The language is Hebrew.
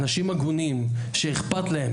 אנשים הגונים שאכפת להם,